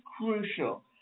crucial